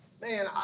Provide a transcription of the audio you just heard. Man